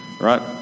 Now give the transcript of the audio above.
right